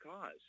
cause